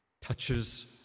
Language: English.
touches